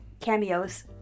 cameos